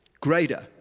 Greater